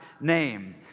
name